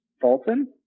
Fulton